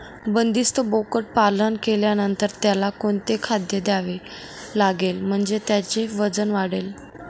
बंदिस्त बोकडपालन केल्यानंतर त्याला कोणते खाद्य द्यावे लागेल म्हणजे त्याचे वजन वाढेल?